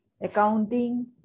accounting